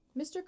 Mr